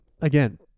again